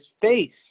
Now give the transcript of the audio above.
face